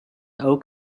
oak